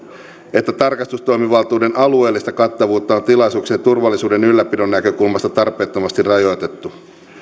että tarkastustoimivaltuuden alueellista kattavuutta on tilaisuuksien turvallisuuden ylläpidon näkökulmasta tarpeettomasti rajoitettu